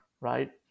Right